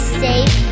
safe